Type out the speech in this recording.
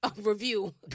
review